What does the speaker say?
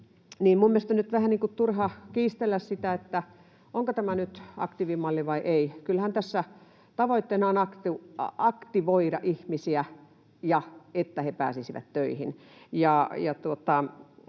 mielestäni on nyt vähän turha kiistellä siitä, onko tämä nyt aktiivimalli vai ei. Kyllähän tässä tavoitteena on aktivoida ihmisiä, että he pääsisivät töihin.